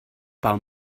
pel